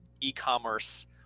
e-commerce